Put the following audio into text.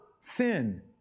sin